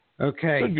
Okay